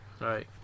Right